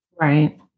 Right